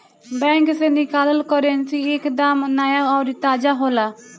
bank से निकालल currency एक दम नया अउरी ताजा होला